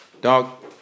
Dog